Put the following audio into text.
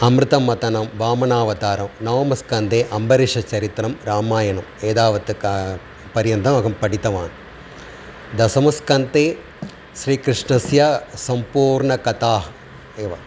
अमृतमन्थनं वामनावतारं नवमस्कन्दे अम्बरीषचरित्रं रामायणम् एतावत् का पर्यन्तमहं पठितवान् दशमस्कन्दे श्रीकृष्णस्य सम्पूर्णकता एव